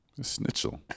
Snitchel